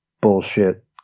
bullshit